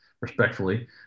respectfully